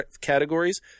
categories